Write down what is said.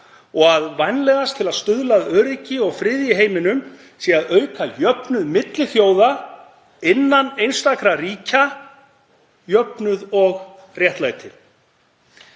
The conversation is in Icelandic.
og að vænlegast til að stuðla að öryggi og friði í heiminum sé að auka jöfnuð milli þjóða, innan einstakra ríkja, jöfnuð og réttlæti.